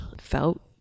felt